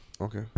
okay